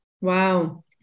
Wow